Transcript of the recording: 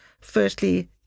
firstly